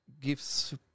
gives